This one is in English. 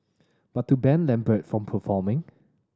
but to ban Lambert from performing